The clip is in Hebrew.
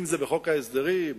אם זה בחוק ההסדרים,